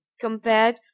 compared